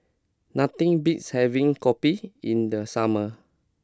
nothing beats having kopi in the summer